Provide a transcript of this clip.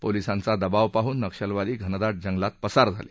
पोलिसांचा दबाव पाहून नक्षलवादी घनदाट जंगलात पसार झाले